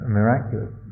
miraculous